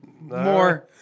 more